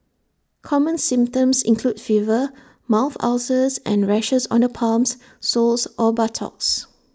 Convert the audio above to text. common symptoms include fever mouth ulcers and rashes on the palms soles or buttocks